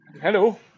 Hello